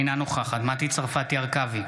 אינה נוכחת מטי צרפתי הרכבי,